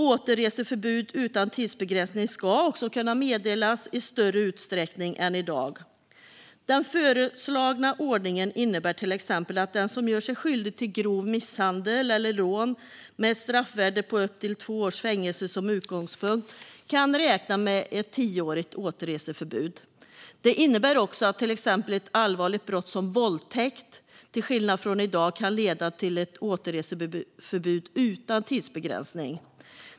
Återreseförbud utan tidsbegränsning ska också meddelas i större utsträckning än i dag. Den föreslagna ordningen innebär till exempel att den som gör sig skyldig till grov misshandel eller rån med ett straffvärde på upp till två års fängelse som utgångspunkt kan räkna med ett tioårigt återreseförbud. Det innebär också att till exempel ett allvarligt brott som våldtäkt kan, till skillnad från i dag, leda till ett återreseförbud utan tidsbegränsning.